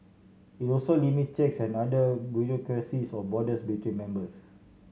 it also limit checks and other bureaucracies or borders between members